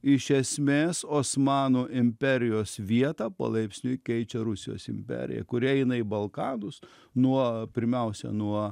iš esmės osmanų imperijos vietą palaipsniui keičia rusijos imperija kuri eina į balkanus nuo pirmiausia nuo